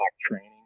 training